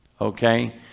Okay